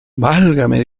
válgame